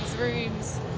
rooms